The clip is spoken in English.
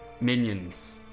minions